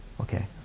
Okay